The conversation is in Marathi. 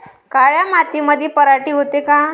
काळ्या मातीमंदी पराटी होते का?